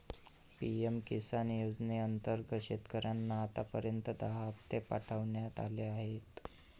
PM किसान योजनेअंतर्गत शेतकऱ्यांना आतापर्यंत दहा हप्ते पाठवण्यात आले आहेत